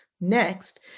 Next